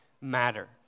matter